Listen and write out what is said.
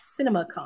CinemaCon